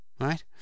right